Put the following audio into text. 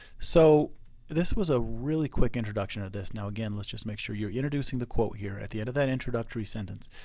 so this was a really quick introduction to ah this. now again let's just make sure you're introducing the quote here at the end of that introductory sentence,